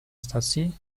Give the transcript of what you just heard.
stacji